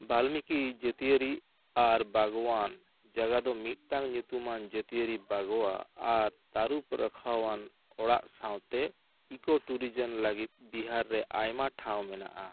ᱵᱟᱞᱢᱤᱠᱤ ᱡᱟᱹᱛᱤᱭᱟᱹᱨᱤ ᱟᱨ ᱵᱟᱜᱽᱣᱟᱱ ᱡᱟᱜᱟᱫᱚ ᱢᱤᱫᱴᱟᱝ ᱧᱩᱛᱩᱢᱟᱱ ᱡᱟᱹᱛᱤᱭᱟᱹᱨᱤ ᱵᱟᱜᱽᱣᱟ ᱟᱨ ᱛᱟᱨᱩᱵ ᱨᱟᱠᱷᱟᱣᱟᱱ ᱚᱲᱟᱜ ᱥᱟᱶᱛᱮ ᱤᱠᱳᱼᱴᱩᱨᱤᱡᱚᱢ ᱞᱟᱹᱜᱤᱫ ᱵᱤᱦᱟᱨ ᱨᱮ ᱟᱭᱢᱟ ᱴᱷᱟᱶ ᱢᱮᱱᱟᱜᱼᱟ